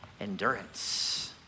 Endurance